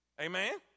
amen